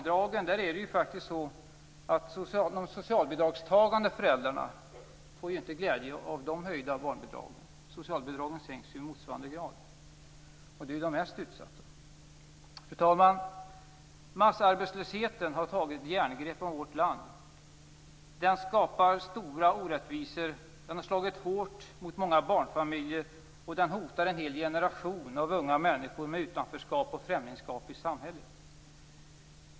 Det är ju faktiskt så att de socialbidragstagande föräldrarna inte får någon glädje av de höjda barnbidragen. Socialbidragen sänks ju i motsvarande grad, och detta handlar ju om de mest utsatta. Fru talman! Massarbetslösheten har tagit ett järngrepp om vårt land. Den skapar stora orättvisor. Den har slagit hårt mot många barnfamiljer, och den hotar en hel generation av unga människor med utanförskap och främlingskap i samhället.